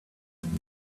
and